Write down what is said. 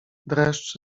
dreszcz